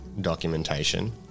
documentation